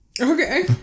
Okay